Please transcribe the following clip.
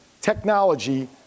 technology